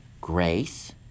Grace